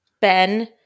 Ben